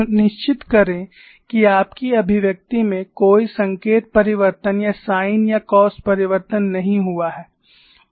सुनिश्चित करें कि आपकी अभिव्यक्ति में कोई संकेत परिवर्तन या साइन या कॉस परिवर्तन नहीं हुआ है